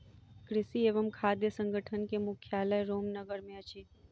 कृषि एवं खाद्य संगठन के मुख्यालय रोम नगर मे अछि